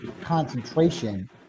concentration